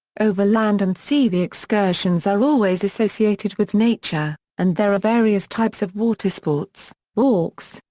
over land and sea the excursions are always associated with nature, and there are various types of water sports, walks,